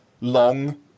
long